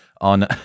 on